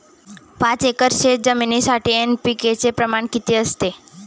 पाच एकर शेतजमिनीसाठी एन.पी.के चे प्रमाण किती असते?